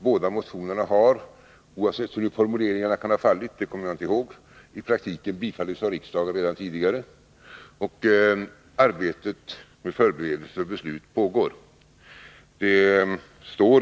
Båda motionerna har, oavsett hur formuleringarna kan ha blivit — det kommer jag inte ihåg —i praktiken bifallits av riksdagen redan tidigare. Arbetet med förberedelse och beslut pågår.